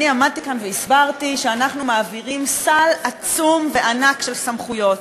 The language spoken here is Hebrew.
אני עמדתי כאן והסברתי שאנחנו מעבירים סל עצום וענק של סמכויות,